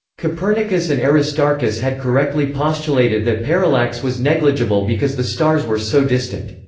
copernicus and aristarchus had correctly postulated that parallax was negligible because the stars were so distant.